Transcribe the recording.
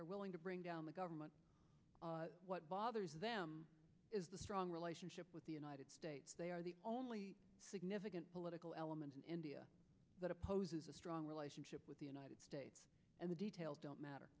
they're willing to bring down the government what bothers them is the strong relationship with the united states they are the only significant political element in india that opposes a strong relationship with the united states and the details don't matter